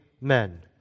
men